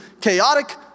chaotic